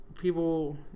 people